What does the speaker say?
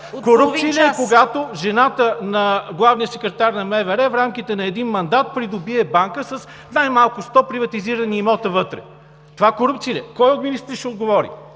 корупция ли е, когато жената на главния секретар на МВР в рамките на един мандат придоби банка с най-малко сто приватизирани имота вътре? Това корупция ли е? Кой от министрите ще отговори?